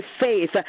faith